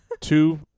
two